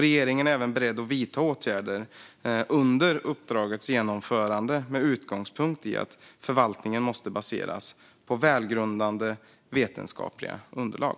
Regeringen är även beredd att vidta åtgärder under uppdragets genomförande med utgångspunkt i att förvaltningen måste baseras på välgrundade vetenskapliga underlag.